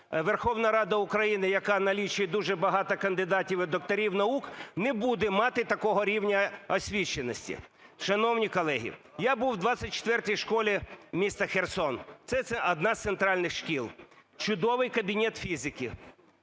Верховна Рада України, яка налічує дуже багато кандидатів і докторів наук, не буде мати такого рівня освіченості. Шановні колеги, я був у 24-й школі міста Херсон – це одна з центральних шкіл. Чудовий кабінет фізики,